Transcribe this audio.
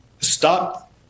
stop